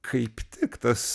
kaip tik tas